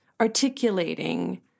articulating